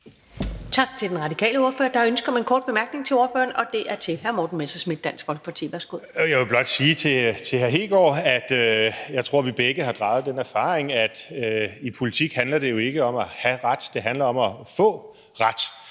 Tak til den radikale ordfører. Der er ønske om en kort bemærkning til ordføreren, og det er fra hr. Morten Messerschmidt, Dansk Folkeparti. Værsgo. Kl. 15:51 Morten Messerschmidt (DF): Jeg vil blot sige til hr. Kristian Hegaard, at jeg tror, at vi begge har draget den erfaring, at i politik handler det jo ikke om at have ret; det handler om at få ret.